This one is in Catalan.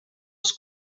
els